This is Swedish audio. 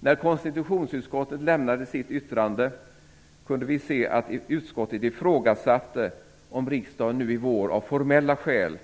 När konstitutionsutskottet lämnade sitt yttrande kunde vi se att utskottet ifrågasatte om riksdagen nu i vår av formella skäl